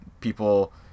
People